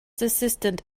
assistant